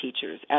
teachers